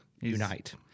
unite